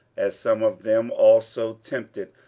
as some of them also tempted,